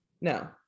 no